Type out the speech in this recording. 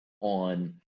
on